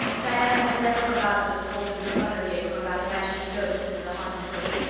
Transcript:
diana has never forgotten the scolding her mother gave her about imagining ghosts into the haunted wood.